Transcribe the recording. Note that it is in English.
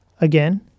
again